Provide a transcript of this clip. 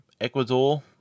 Ecuador